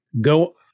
go